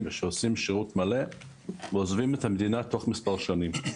שעושים שירות מלא ועוזבים את המדינה תוך מספר שנים.